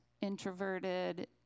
introverted